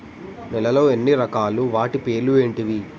నేలలు ఎన్ని రకాలు? వాటి పేర్లు ఏంటివి?